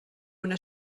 una